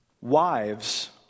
Wives